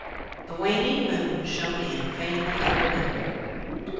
the waning moon shone in faintly at the window.